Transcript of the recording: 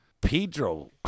Pedro